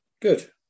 good